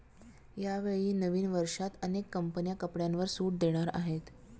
यावेळी नवीन वर्षात अनेक कंपन्या कपड्यांवर सूट देणार आहेत